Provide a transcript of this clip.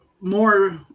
more